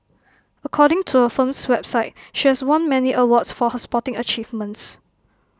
according to her firm's website she has won many awards for her sporting achievements